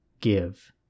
give